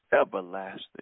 everlasting